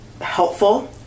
helpful